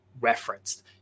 referenced